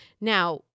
Now